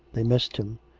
they missed him.